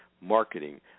marketing